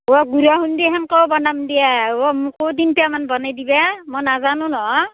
অ' গুড়া খুন্দি সেনেকৈও বনাম দিয়া অ' মোকো তিনিটামান বনাই দিবা মই নাজানো নহয়